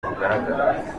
bugaragara